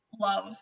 love